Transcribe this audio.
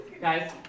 Guys